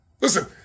Listen